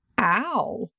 ow